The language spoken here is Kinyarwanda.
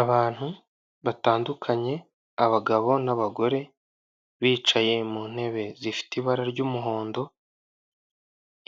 Abantu batandukanye abagabo n'abagore bicaye mu ntebe zifite ibara ry'umuhondo